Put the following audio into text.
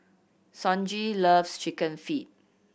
Sonji loves Chicken Feet